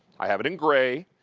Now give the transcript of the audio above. i have it in gray,